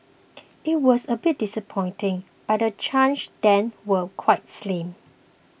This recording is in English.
it was a bit disappointing but the chances then were quite slim